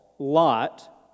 Lot